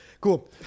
Cool